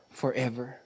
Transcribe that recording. forever